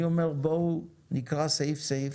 אני אומר, בואו נקרא סעיף-סעיף.